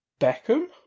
Beckham